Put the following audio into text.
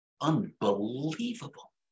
unbelievable